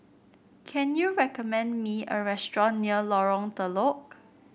can you recommend me a restaurant near Lorong Telok